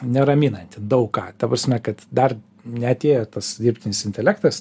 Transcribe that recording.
neraminanti daug ką ta prasme kad dar neatėjo tas dirbtinis intelektas